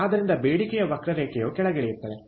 ಆದ್ದರಿಂದ ಬೇಡಿಕೆಯ ವಕ್ರರೇಖೆಯು ಕೆಳಗಿಳಿಯುತ್ತದೆ